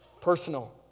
personal